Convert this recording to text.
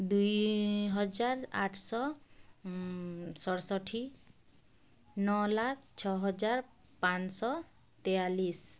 ଦୁଇ ହଜାର୍ ଆଠ୍ଶ ସତ୍ଷଠି ନଅ ଲାଖ୍ ଛଅ ହଜାର୍ ପାଁଶ ତେୟାଲିଶ୍